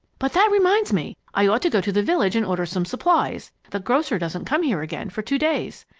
but that reminds me, i ought to go to the village and order some supplies. the grocer doesn't come here again for two days.